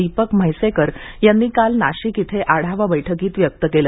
दीपक म्हैसेकर यांनी काल नाशिक येथे आढावा बैठकीत व्यक्त केले